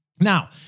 Now